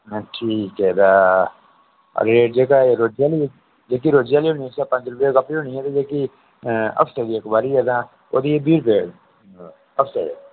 हां ठीक ऐ ते अग्गे जेह्का एह् रोजे आह्ली जेह्की रोजे आह्ली होनी ऐ ओह् पंज रपेऽ दी कापी होनी ऐ ते जेह्की हफते दी इक बारी ऐ तां ओह् बी बीह् रपेऽ हफते दे